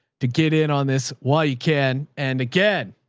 to get in on this while you can. and again,